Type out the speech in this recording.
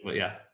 but yeah,